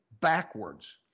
backwards